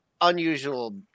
Unusual